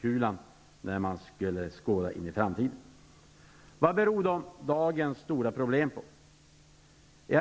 Socialdemokraterna skulle skåda in i framtiden. Vad beror då dagens stora problem på?